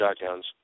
shotguns